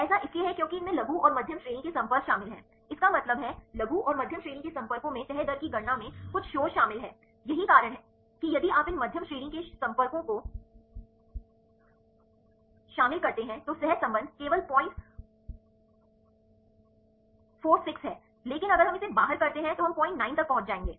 ऐसा इसलिए है क्योंकि इनमें लघु और मध्यम श्रेणी के संपर्क शामिल हैं इसका मतलब है लघु और मध्यम श्रेणी के संपर्कों में तह दर की गणना में कुछ शोर शामिल है यही कारण है कि यदि आप इन मध्यम श्रेणी के संपर्कों को शामिल करते हैं तो सहसंबंध केवल 046 है लेकिन अगर हम इसे बाहर करते हैं तो हम 092 तक पहुंच जाएंगे